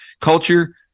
culture